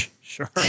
Sure